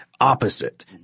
opposite